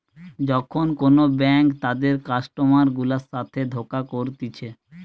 যখন কোন ব্যাঙ্ক তাদের কাস্টমার গুলার সাথে ধোকা করতিছে